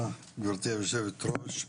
תודה גברתי יושבת הראש.